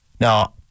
Now